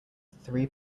three